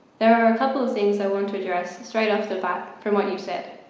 there are a couple of things i want to address, straight off the bat from what you've said.